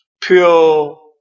pure